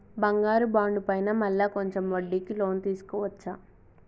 బంగారు బాండు పైన మళ్ళా కొంచెం వడ్డీకి లోన్ తీసుకోవచ్చా?